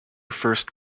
first